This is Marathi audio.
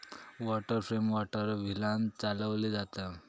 वॉटर फ्रेम वॉटर व्हीलांन चालवली जाता